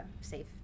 safe